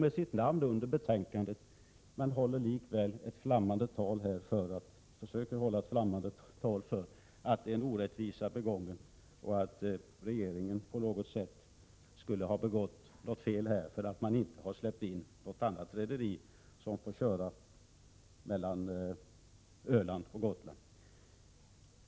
Likväl håller hon ett flammande tal för att en orättvisa skulle vara begången och att regeringen skulle ha begått ett fel därför att man inte släppte in något annat rederi på trafiken mellan Öland och Gotland.